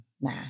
Nah